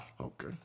Okay